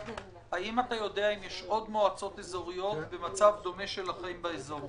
האם אתה יודע אם יש עוד מועצות אזוריות במצב דומה לשלכם באזור?